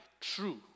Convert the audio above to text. true